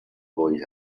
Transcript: boy